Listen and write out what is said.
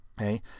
Okay